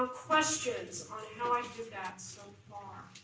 ah questions on how i did that so far,